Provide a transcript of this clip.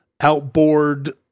outboard